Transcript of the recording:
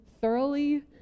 thoroughly